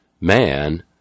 man